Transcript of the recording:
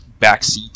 backseat